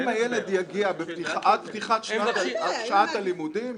אם הילד יגיע עד פתיחת שעת הלימודים,